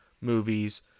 movies